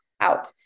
out